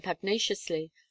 pugnaciously